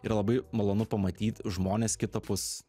yra labai malonu pamatyt žmones kitapus